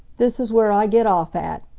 this is where i get off at.